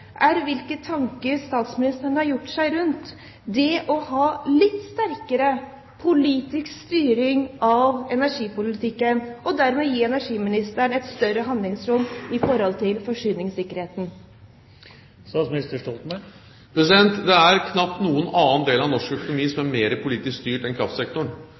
er hvilke tanker statsministeren har gjort seg rundt det å ha litt sterkere politisk styring av energipolitikken og dermed gi energiministeren et større handlingsrom når det gjelder forsyningssikkerheten. Det er knapt noen del av norsk økonomi som er mer politisk styrt enn kraftsektoren.